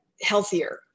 healthier